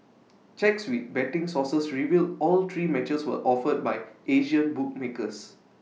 checks with betting sources revealed all three matches were offered by Asian bookmakers